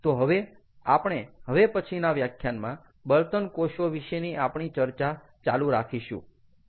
તો હવે આપણે હવે પછીના વ્યાખ્યાનમાં બળતણ કોષો વિશેની આપણી ચર્ચા ચાલુ રાખીશું